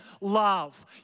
love